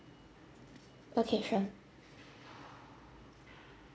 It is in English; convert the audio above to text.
okay sure